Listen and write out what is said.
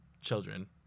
children